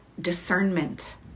discernment